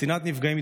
קצינת נפגעים,